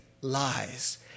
lies